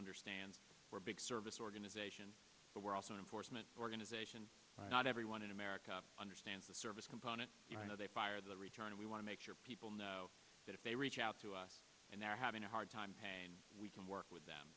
understands we're big service organization but we're also enforcement organization not everyone in america understands the service component you know they fire the return and we want to make sure people know that if they reach out to us and they're having a hard time and we can work with them